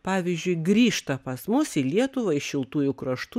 pavyzdžiui grįžta pas mus į lietuvą iš šiltųjų kraštų